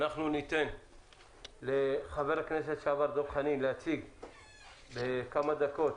אנחנו ניתן לחבר הכנסת לשעבר דב חנין להציג בכמה דקות